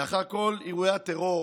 לאחר כל אירוע טרור